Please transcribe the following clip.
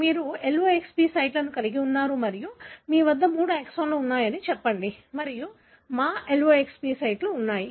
మీరు loxp సైట్లను కలిగి ఉన్నారు మరియు మీ వద్ద మూడు ఎక్సోన్లు ఉన్నాయని చెప్పండి మరియు మా loxP సైట్లు ఉన్నాయి